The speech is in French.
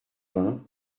vingt